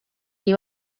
qui